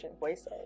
voices